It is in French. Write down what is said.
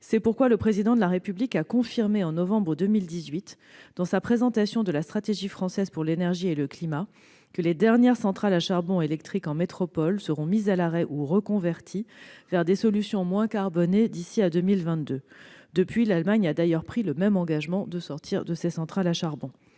C'est pourquoi le Président de la République a confirmé en novembre 2018, dans sa présentation de la stratégie française pour l'énergie et le climat, que les dernières centrales électriques à charbon de métropole seront mises à l'arrêt ou reconverties vers des solutions moins carbonées d'ici à 2022. Depuis, l'Allemagne a d'ailleurs pris le même engagement de sortir des centrales à charbon.